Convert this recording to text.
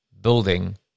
building